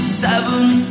seven